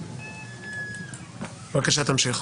בבקשה, תמשיך.